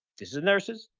these are the nurses,